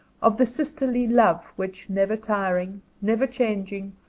of the sisterly love which, never tiring, never changing,